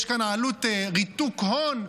יש כאן עלות ריתוק הון.